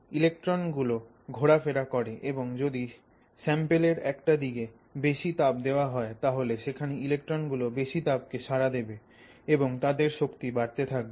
electron গুলো ঘোরা ফেরা করে এবং যদি স্যাম্পলের একটা দিকে বেশি তাপ দেওয়া হয় তাহলে সেখানে ইলেক্ট্রন গুলো বেশি তাপকে সাড়া দেবে এবং তাদের শক্তি বাড়তে থাকবে